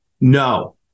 No